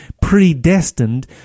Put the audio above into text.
predestined